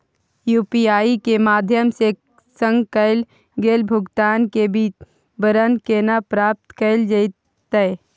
UPI के माध्यम सं कैल गेल भुगतान, के विवरण केना प्राप्त कैल जेतै?